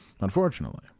Unfortunately